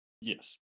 Yes